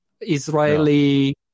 Israeli